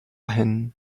hin